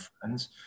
friends